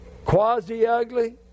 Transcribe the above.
quasi-ugly